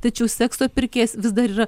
tačiau sekso pirkėjas vis dar yra